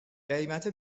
قیمت